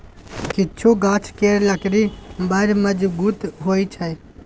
किछु गाछ केर लकड़ी बड़ मजगुत होइ छै